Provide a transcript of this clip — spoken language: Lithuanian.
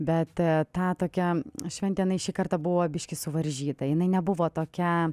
bet ta tokia šventė jinai šį kartą buvo biškį suvaržyta jinai nebuvo tokia